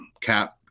Cap